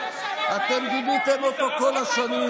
אתם גיביתם אותו כל השנים.